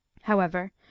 however,